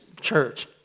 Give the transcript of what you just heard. church